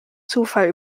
zufall